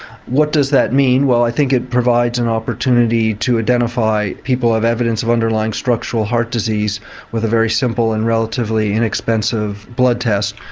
what does that mean? well i think it provides an opportunity to identify people of evidence of underlying structural heart disease with a very simple and relatively inexpensive blood test.